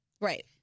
Right